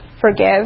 forgive